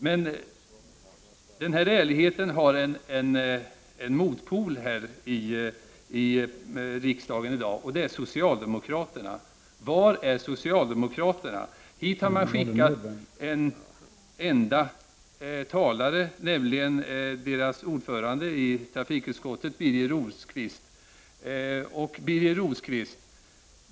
Men denna ärlighet har en motpol här i riksdagen i dag, och den svarar socialdemokraterna för. Var är socialdemokraterna? Hit har man skickat en enda talare, nämligen ordföranden i trafikutskottet Birger Rosqvist. Birger Rosqvist!